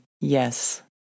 yes